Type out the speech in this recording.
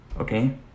okay